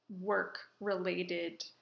work-related